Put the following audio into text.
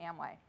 Amway